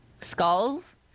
Skulls